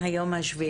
היום ה-7